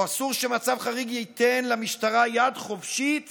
או אסור שמצב חריג ייתן למשטרה יד חופשית